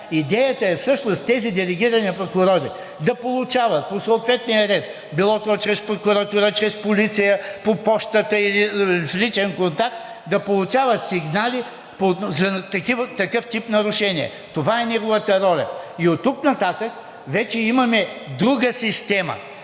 Идеята е всъщност тези делегирани прокурори да получават по съответния ред, било то чрез прокуратура, чрез полиция, по пощата или в личен контакт, да получават сигнали за такъв тип нарушения. Това е неговата роля. И оттук нататък вече имаме друга система,